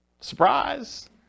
Surprise